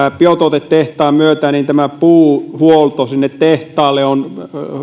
biotuotetehtaan myötä puuhuolto sinne tehtaalle on